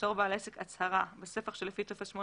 ימסור בעל העסק הצהרה בספח שלפי טופס 8